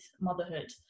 motherhood